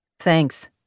Thanks